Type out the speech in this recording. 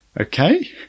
okay